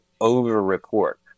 over-report